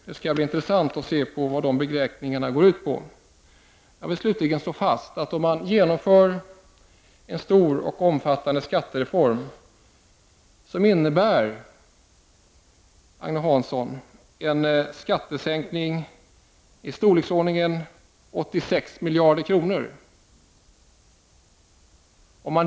Det skall bli intressant att se vad de beräkningarna går ut på. Om man genomför denna stora och omfattande skattereform innebär det, Agne Hansson, en skattesänkning i storleksordningen 86 miljarder kronor.